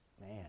Man